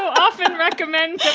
often recommend